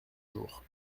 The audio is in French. jour